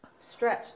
stretch